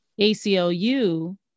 ACLU